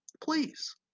Please